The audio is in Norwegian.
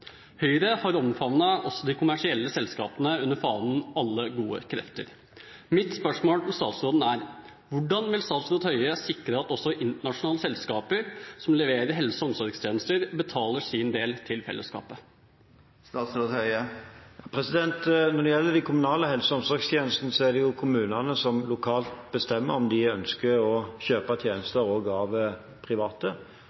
Høyre har omfavnet også de kommersielle selskapene, under fanen «alle gode krefter». Mitt spørsmål til statsråden er: Hvordan vil statsråd Høie sikre at også internasjonale selskaper som leverer helse- og omsorgstjenester, betaler sin del til fellesskapet? Når det gjelder de kommunale helse- og omsorgstjenestene, er det kommunene som lokalt bestemmer om de ønsker å kjøpe tjenester også av private.